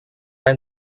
time